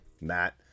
Matt